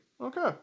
Okay